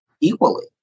equally